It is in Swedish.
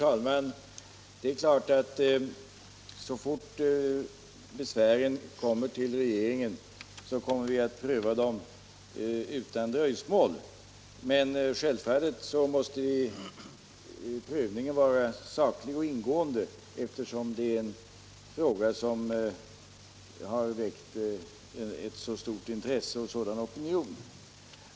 Herr talman! Så fort besvären kommer till regeringen kommer vi givetvis att pröva dem utan dröjsmål, men självfallet måste prövningen vara saklig och ingående, eftersom det är en fråga som har väckt stort intresse och en kraftig opinion.